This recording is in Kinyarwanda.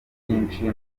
byinshi